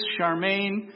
Charmaine